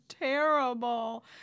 terrible